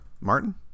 Martin